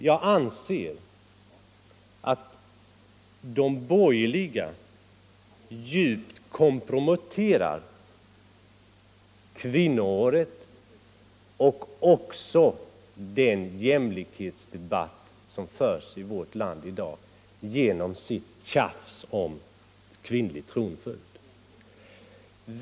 Jag anser att de borgerliga djupt komprometterar kvinnoåret och den jämlikhetsdebatt som förs i vårt land i dag genom sitt tjafs om kvinnlig tronföljd.